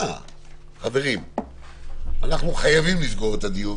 אנחנו חייבים לסגור את הדיון.